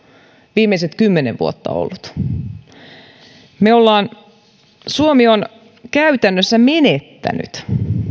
viimeiset kymmenen vuotta suomi on käytännössä menettänyt